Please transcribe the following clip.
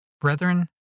Brethren